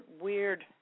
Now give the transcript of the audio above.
weird